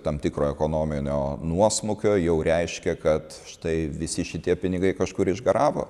tam tikro ekonominio nuosmukio jau reiškia kad štai visi šitie pinigai kažkur išgaravo